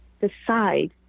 decide